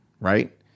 Right